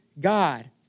God